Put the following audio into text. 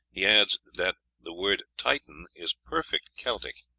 he adds that the word titan is perfect celtic,